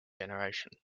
generation